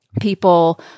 people